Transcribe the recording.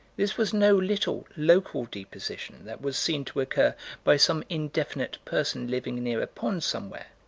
this was no little, local deposition that was seen to occur by some indefinite person living near a pond somewhere.